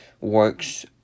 works